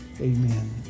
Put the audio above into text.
amen